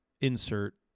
insert